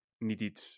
needed